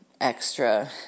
extra